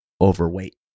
overweight